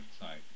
side